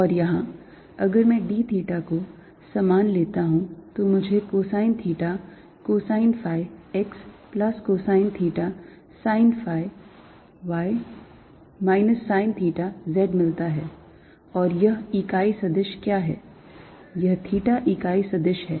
और यहाँ अगर मैं d theta को समान लेता हूँ तो मुझे cosine theta cosine phi x plus cosine theta sine phi y minus sine theta z मिलता है और यह इकाई सदिश क्या है यह theta इकाई सदिश है